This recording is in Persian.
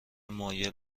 مایل